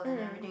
mm